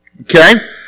Okay